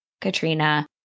Katrina